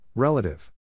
Relative